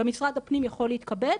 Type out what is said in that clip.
גם משרד הפנים יכול להתכבד,